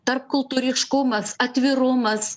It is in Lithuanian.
tarpkultūriškumas atvirumas